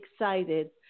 excited